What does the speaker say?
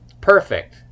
perfect